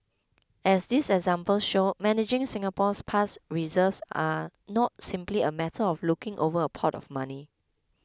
as these examples show managing Singapore's past reserves are not simply a matter of looking over a pot of money